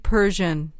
Persian